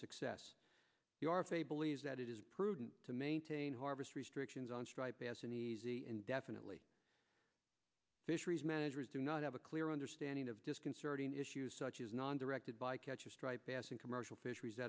face believes that it is prudent to maintain harvest restrictions on striped bass in easy and definitely fisheries managers do not have a clear understanding of disconcerting issues such as non directed by catch a striped bass in commercial fisheries